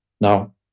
Now